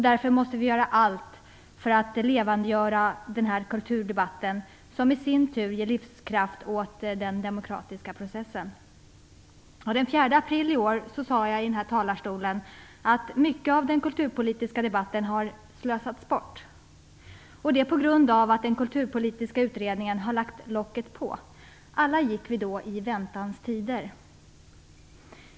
Därför måste vi göra allt för att levandegöra kulturdebatten, som i sin tur ger livskraft åt den demokratiska processen. Den 4 april i år sade jag i den här talarstolen att mycket av den kulturpolitiska debatten har slösats bort. Det har blivit så på grund av att den kulturpolitiska utredningen har lagt locket på. Alla gick vi då i väntans tider.